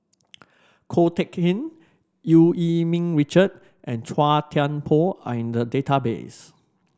Ko Teck Kin Eu Yee Ming Richard and Chua Thian Poh are in the database